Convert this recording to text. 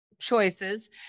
choices